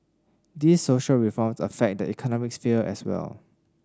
these social reforms affect the economic sphere as well